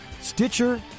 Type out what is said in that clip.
Stitcher